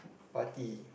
party